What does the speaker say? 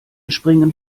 springen